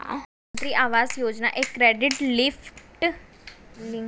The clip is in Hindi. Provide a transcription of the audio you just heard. प्रधानमंत्री आवास योजना एक क्रेडिट लिंक्ड सब्सिडी योजना के अंतर्गत आती है